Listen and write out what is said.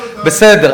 תסביר לנו את, בסדר.